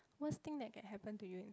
worst thing that can happen to you is